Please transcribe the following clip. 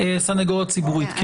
סנגוריה ציבורית.